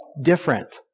different